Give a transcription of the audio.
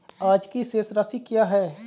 आज की शेष राशि क्या है?